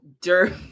dirt